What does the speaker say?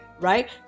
right